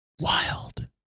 Wild